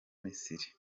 misiri